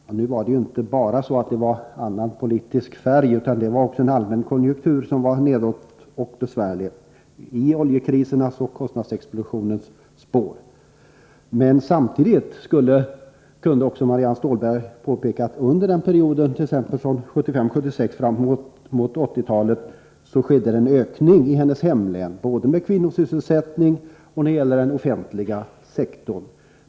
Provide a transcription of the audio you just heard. Men det var då inte bara annan politisk färg, utan vi hade också en allmän konjunktur som var nedåtgående och besvärlig, i oljekrisernas och kostnadsexplosionens spår. Marianne Stålberg kunde trots detta redovisa att det samtidigt, från 1975-1976 och framemot 1980, i hennes hemlän skedde en ökning både i fråga om kvinnosysselsättning och när det gäller den offentliga sektorn.